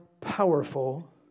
powerful